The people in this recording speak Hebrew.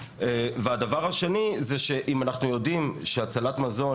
והדבר השני זה שאם אנחנו יודעים שהצלת מזון